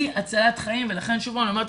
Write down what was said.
הצלת חיים ולכן שוב פעם אני אומרת לך,